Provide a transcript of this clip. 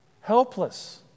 helpless